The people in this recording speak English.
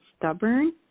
stubborn